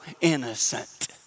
innocent